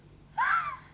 uh